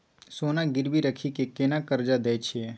सोना गिरवी रखि के केना कर्जा दै छियै?